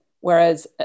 Whereas